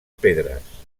pedres